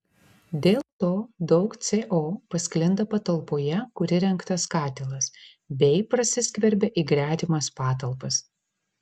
dėl to daug co pasklinda patalpoje kur įrengtas katilas bei prasiskverbia į gretimas patalpas